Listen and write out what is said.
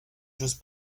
chose